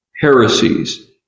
heresies